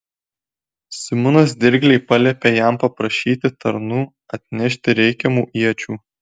simonas dirgliai paliepė jam paprašyti tarnų atnešti reikiamų iečių